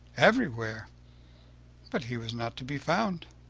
everywhere but he was not to be found.